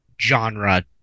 genre